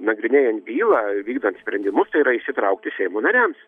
nagrinėjant bylą vykdant sprendimus tai yra įsitraukti seimo nariams